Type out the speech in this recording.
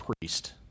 priest